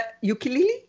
ukulele